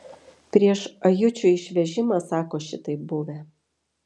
prieš ajučių išvežimą sako šitaip buvę